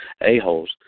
a-holes